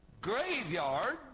graveyard